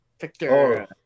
Victor